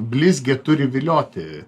blizgė turi vilioti